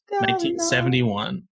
1971